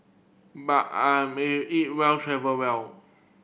but I eat well travel well